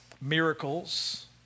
miracles